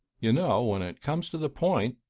you know, when it comes to the point,